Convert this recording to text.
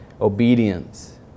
obedience